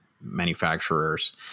manufacturers